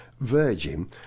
Virgin